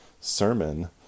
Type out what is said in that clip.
sermon